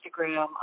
Instagram